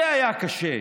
זה היה קשה.